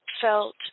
felt